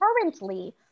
currently